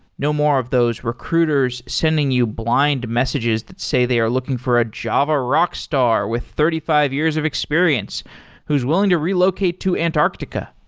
no more of those recruiters sending you blind messages that say they are looking for a java rockstar with thirty five years of experience who's willing to relocate to antarctica.